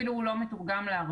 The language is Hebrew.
אפילו הוא לא מתורגם לערבית,